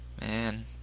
Man